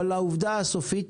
אבל העובדה הסופית